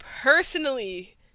personally